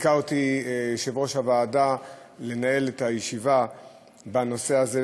זיכה אותי יושב-ראש הוועדה לנהל את הישיבה בנושא הזה.